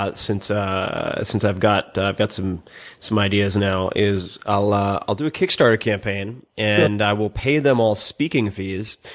ah since ah since i've got i've got some some ideas now, is i'll ah i'll do a kickstarter campaign, and i will pay them all speaking fees.